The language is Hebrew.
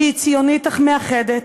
שהיא ציונית אך מאחדת,